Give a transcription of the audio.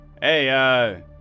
Hey